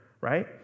right